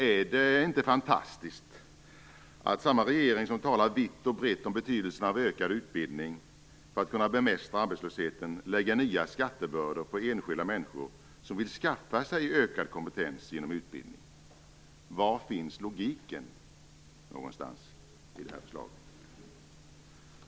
Är det inte fantastiskt att samma regering som talar vitt och brett om betydelsen av ökad utbildning för att kunna bemästra arbetslösheten lägger nya skattebördor på enskilda människor som vill skaffa sig ökad kompetens genom utbildning. Var finns logiken i det här förslaget?